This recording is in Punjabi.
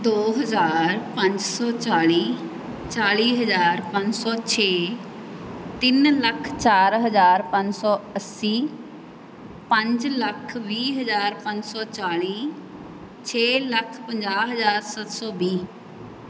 ਦੋ ਹਜ਼ਾਰ ਪੰਜ ਸੌ ਚਾਲੀ ਚਾਲੀ ਹਜ਼ਾਰ ਪੰਜ ਸੌ ਛੇ ਤਿੰਨ ਲੱਖ ਚਾਰ ਹਜ਼ਾਰ ਪੰਜ ਸੌ ਅੱਸੀ ਪੰਜ ਲੱਖ ਵੀਹ ਹਜ਼ਾਰ ਪੰਜ ਸੌ ਚਾਲੀ ਛੇ ਲੱਖ ਪੰਜਾਹ ਹਜ਼ਾਰ ਸੱਤ ਸੌ ਵੀਹ